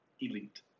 elite